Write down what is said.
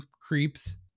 creeps